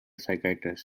psychiatrist